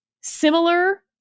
similar